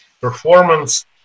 performance